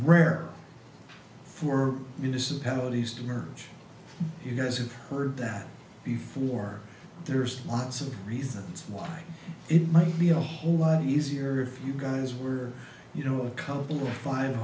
emerge you guys have heard that before there's lots of reasons why it might be a whole lot easier if you guys were you know a couple or five